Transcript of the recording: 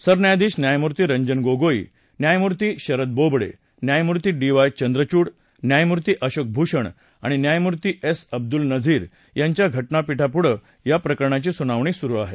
सरन्यायाधीश न्यायमूर्ती रंजन गोगोई न्यायमूर्ती शरद बोबडे न्यायमूर्ती डी वाय चंद्रचूड न्यायमूर्ती अशोक भूषण आणि न्यायमूर्ती एस अब्दूल नझीर यांच्या घटनापीठापुढं या प्रकरणाची सुनावणी होत आहे